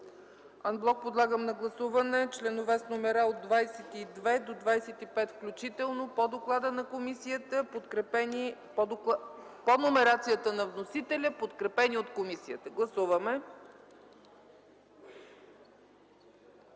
ЦАЧЕВА: Подлагам на гласуване анблок членове с номера от 22 до 25 включително по номерацията на вносителя, подкрепени от комисията. Гласували